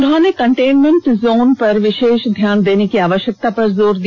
उन्होंने containment zones पर विशेष ध्यान देने की आवश्यकता पर भी जोर दिया